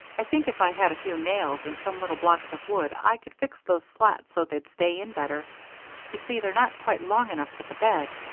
i think if i had a few nails and some little blocks of wood i could fix those slats so they'd stay in better you see they're not quite long enough for the bed.